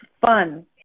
fun